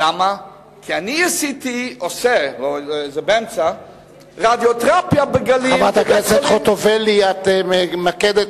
כי אני עושה, חברת הכנסת חוטובלי, את ממקדת